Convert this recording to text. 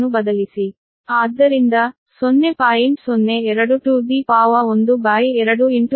021210